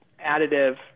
additive